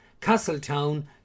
Castletown